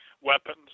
weapons